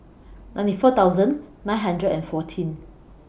ninety four thousand nine hundred and fourteen